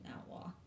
outlaw